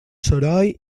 soroll